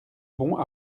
bons